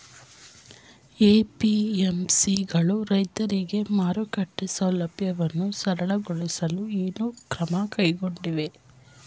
APMC ಗಳು ರೈತರಿಗೆ ಮಾರುಕಟ್ಟೆ ಸೌಲಭ್ಯವನ್ನು ಸರಳಗೊಳಿಸಲು ಏನು ಕ್ರಮ ಕೈಗೊಂಡಿವೆ?